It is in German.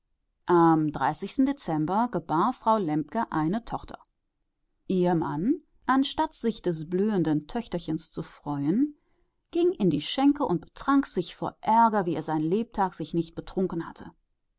am dezember gebar frau lembke eine tochter ihr mann anstatt sich des blühenden töchterchens zu freuen ging in die schenke und betrank sich vor ärger wie er sein lebtag sich nicht betrunken hatte